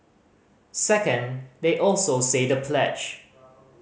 second they also say the pledge